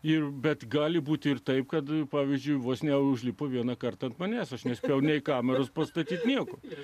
ir bet gali būti ir taip kad pavyzdžiui vos neužlipu vienąkart ant manęs aš nespėjau nei kameros pastatyti nieko ir